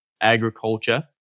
agriculture